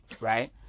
right